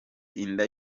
inda